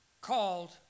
called